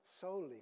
solely